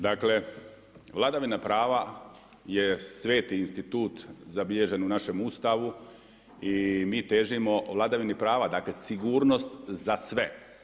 Dakle Vladavina prava je sveti institut zabilježen u našem Ustavu i mi težimo vladavini prava, dakle sigurnost za sve.